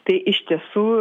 tai iš tiesų